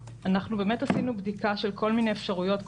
עשינו בדיקה של כל מיני אפשרויות,